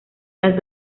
las